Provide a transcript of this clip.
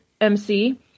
MC